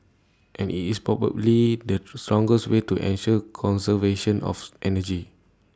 and it's probably the strongest way to ensure conservation of energy